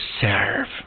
serve